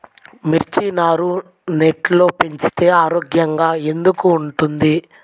మిర్చి నారు నెట్లో పెంచితే ఆరోగ్యంగా ఎందుకు ఉంటుంది?